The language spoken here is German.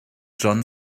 john